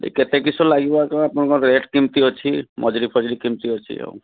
କେତେ କିସ ଲାଗିବ ଆପଣ ଆପଣଙ୍କ ରେଟ୍ କେମତି ଅଛି ମଜୁରି ଫଜୁରି କେମତି ଅଛି ଆଉ